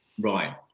Right